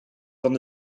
van